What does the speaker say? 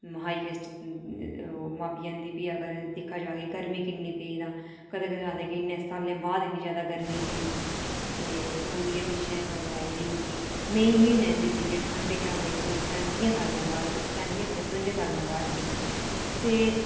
महां हाईऐस्ट मापी जंदी भी अगर दिक्खेआ जा तां गरमी किन्नी पेई तां कदें कदें आखदे कि इन्ने सालें बाद इन्नी जैदा गर्मी पेई ते हून गै पिच्छें जेहे खबर आई दी ही कि मई म्हीनै च दिल्ली च ठंड आखदे कोई सैंतियें सालें दे बाद पेई सैतियें खबरै सतुंजें सालें दे बाद पेई ते